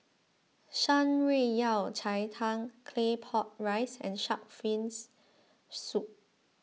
Shan Rui Yao Cai Tang Claypot Rice and Shark's Fin Soup